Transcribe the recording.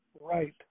Right